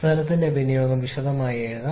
സ്ഥലത്തിന്റെ വിനിയോഗം വിശദമായി എഴുതാം